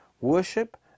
worship